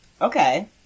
Okay